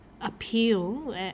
appeal